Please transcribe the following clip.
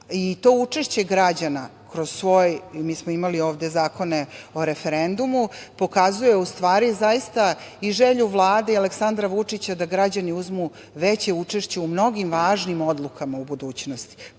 učešće građana kroz svoj, mi smo imali ovde zakone o referendumu, pokazuje, u stvari, zaista i želju Vlade i Aleksandra Vučića da građani uzmu veće učešće u mnogim važnim odlukama u budućnosti,